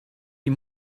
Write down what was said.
die